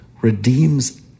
redeems